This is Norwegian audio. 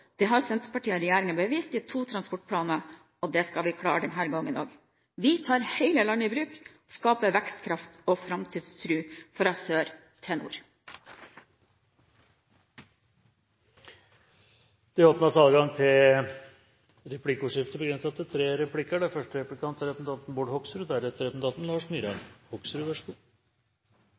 Det har Senterpartiet og regjeringen bevist i to transportplaner, og det skal vi klare denne gangen også. Vi tar hele landet i bruk og skaper vekstkraft og framtidstro fra sør til nord. Det blir replikkordskifte. Når jeg hører på representanten Sjelmo Nordås, skulle man tro at alt var flott og fint. Men jeg har lyst til å utfordre representanten, for da